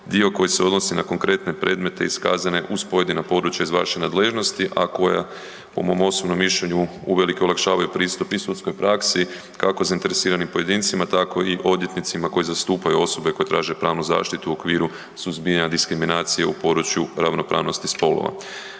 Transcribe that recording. dio koji se odnosi na konkretne predmete iskazane uz pojedina područja iz vaše nadležnosti, a koja po mom osobnom mišljenju uvelike olakšavaju pristup i sudskoj praksi, kako zainteresiranim pojedincima, tako i odvjetnicima koji zastupaju osobe koje traže pravnu zaštitu u okviru suzbijanja diskriminacije u području ravnopravnosti spolova.